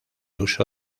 uso